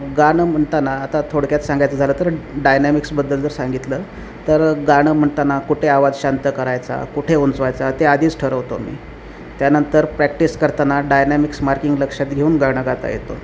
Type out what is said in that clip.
गाणं म्हणताना आता थोडक्यात सांगायचं झालं तर डायनॅमिक्सबद्दल जर सांगितलं तर गाणं म्हणताना कुठे आवाज शांत करायचा कुठे उंचवायचा ते आधीच ठरवतो मी त्यानंतर प्रॅक्टिस करताना डायनॅमिक्स मार्किंग लक्षात घेऊन गाणं गाता येते